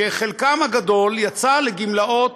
שחלקם הגדול יצאו לגמלאות